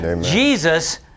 Jesus